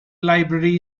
library